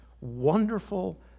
wonderful